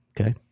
okay